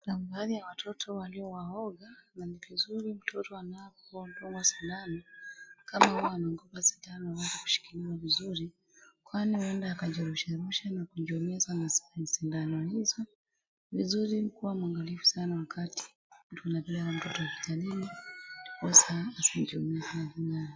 Kuna baadhi ya watoto waliowaoga na ni vizuri mtoto anapodugwa sindano kama huwa anaogopa sindano aweze kushikiliwa vizuri kwani huenda akajirusharusha na kujiumiza na sindano hizo. Ni vizuri kuwa mwangalifu sana wakati mtu anapopeleka mtoto hospitalini ndiposa asijiumize.